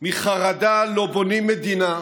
"מחרדה לא בונים מדינה,